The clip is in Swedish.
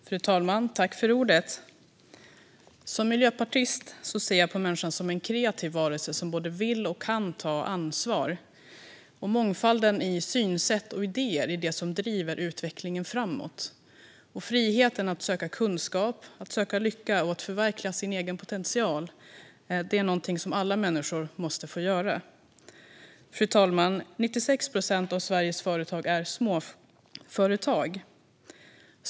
Fru talman! Som miljöpartist ser jag på människan som en kreativ varelse som både vill och kan ta ansvar. Mångfalden i synsätt och idéer är det som driver utvecklingen framåt. Friheten att söka kunskap och lycka och att förverkliga sin egen potential är någonting som alla människor måste få. Fru talman! 96 procent av Sveriges företag är småföretag.